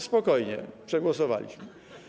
Spokojnie, przegłosowaliśmy.